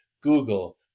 Google